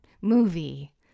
movie